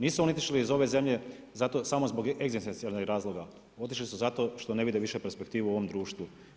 Nisu oni otišli iz ove zemlje samo zbog egzistencijalnih razloga, otišli su zato što ne vide više perspektivu u ovom društvu.